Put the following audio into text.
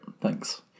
Thanks